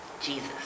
Jesus